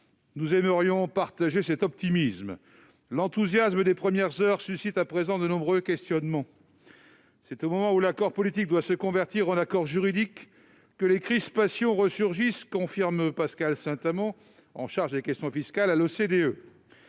Nous aimerions partager cet optimisme, mais l'enthousiasme des premières heures suscite à présent de nombreux questionnements. C'est au moment où l'accord politique doit se convertir en accord juridique que les crispations resurgissent, confirme Pascal Saint-Amans, directeur du Centre de politique